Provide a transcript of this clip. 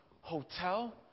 hotel